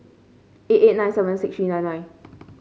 eight eight nine seven six three nine nine